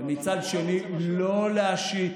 ומצד שני לא להשית,